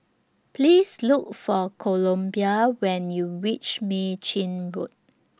Please Look For Columbia when YOU REACH Mei Chin Road